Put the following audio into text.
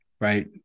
right